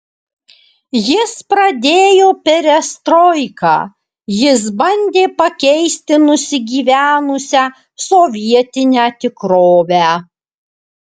jis pradėjo perestroiką jis bandė pakeisti nusigyvenusią sovietinę tikrovę